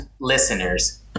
listeners